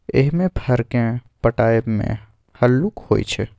एहिमे फर केँ पटाएब मे हल्लुक होइ छै